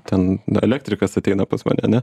ten elektrikas ateina pas mane ane